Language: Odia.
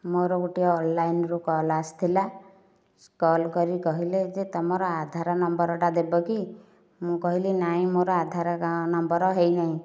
ମୋର ଗୋଟିଏ ଅନଲାଇନ୍ ରୁ କଲ୍ ଆସିଥିଲା କଲ୍ କରି କହିଲେ ଯେ କହିଲେ ତୁମର ଆଧାର ନମ୍ବରଟା ଦେବକି ମୁଁ କହିଲି ନାଇଁ ମୋର ଆଧାର ନମ୍ବର ହୋଇନାହିଁ